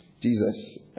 Jesus